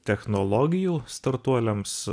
technologijų startuoliams